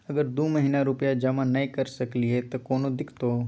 अगर दू महीना रुपिया जमा नय करे सकलियै त कोनो दिक्कतों?